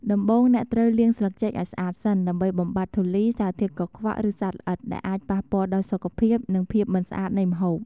ដំបូង អ្នកត្រូវលាងស្លឹកចេកឱ្យស្អាតសិន ដើម្បីបំបាត់ធូលី សារធាតុកខ្វក់ ឬសត្វល្អិត ដែលអាចប៉ះពាល់ដល់សុខភាព និងភាពមិនស្អាតនៃម្ហូប។